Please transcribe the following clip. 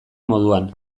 moduan